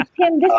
Tim